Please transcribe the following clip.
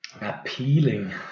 Appealing